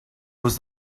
was